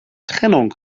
trennung